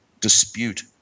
dispute